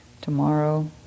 tomorrow